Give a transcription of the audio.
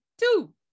Two